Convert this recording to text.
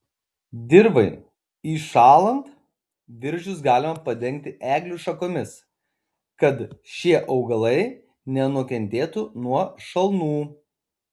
dirvai įšąlant viržius galima padengti eglių šakomis kad šie augalai nenukentėtų nuo šalnų